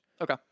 okay